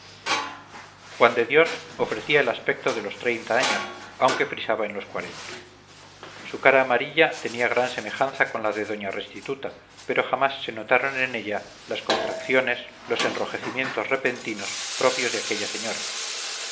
juan de dios ofrecía el aspecto de los treinta años aunque frisaba en los cuarenta su cara amarilla tenía gran semejanza con la de doña restituta pero jamás se notaron en ella las contracciones los enrojecimientos repentinos propios de aquella señora